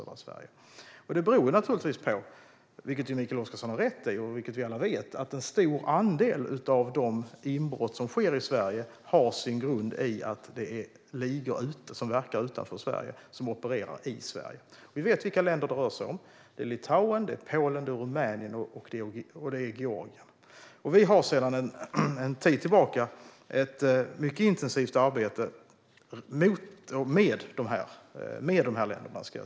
Detta beror ju på - vilket Mikael Oscarsson har rätt i och vilket vi alla vet - att en stor andel av de inbrott som sker i Sverige har sin grund i de ligor som verkar utanför Sverige men opererar i Sverige. Vi vet vilka länder det rör sig om: Litauen, Polen, Rumänien och Georgien. Vi har sedan en tid tillbaka ett mycket intensivt arbete med de här länderna.